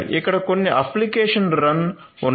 ఇక్కడ కొన్ని application run ఉన్నాయి